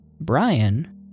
Brian